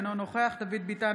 אינו נוכח דוד ביטן,